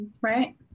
Right